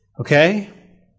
Okay